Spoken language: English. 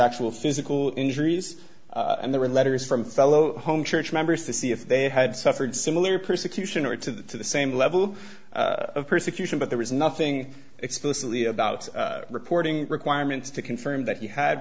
actual physical injuries and there were letters from fellow home church members to see if they had suffered similar persecution or to the same level of persecution but there was nothing explicitly about reporting requirements to confirm that you had